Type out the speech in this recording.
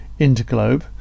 Interglobe